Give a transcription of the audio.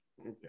Okay